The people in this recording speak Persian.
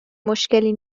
مشکلی